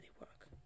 work